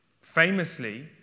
Famously